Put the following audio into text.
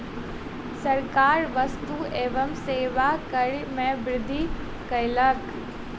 सरकार वस्तु एवं सेवा कर में वृद्धि कयलक